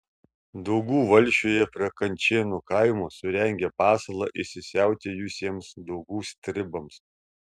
daugų valsčiuje prie kančėnų kaimo surengė pasalą įsisiautėjusiems daugų stribams